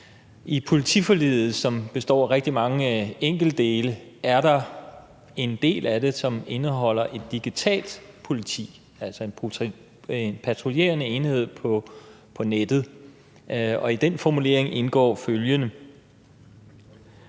I politiforliget, som består af rigtig mange enkeltdele, er der en del, som handler om et digitalt politi, altså en patruljerende enhed på nettet. Og i den formulering, som jeg